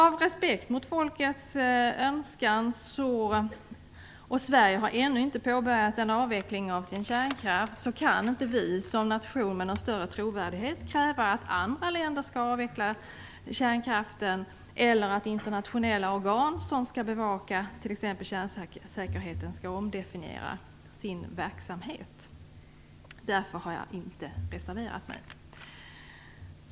Av respekt mot folkets önskan och eftersom Sverige ännu inte har påbörjat en avveckling av sin kärnkraft, kan vi som nation inte med någon större trovärdighet kräva att andra länder skall avveckla kärnkraften eller att internationella organ som skall bevaka t.ex. kärnsäkerheten skall omdefiniera sin verksamhet. Därför har jag inte reserverat mig.